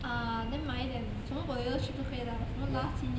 ah then 买一点什么 potato chip 都可以啦什么垃圾